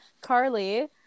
Carly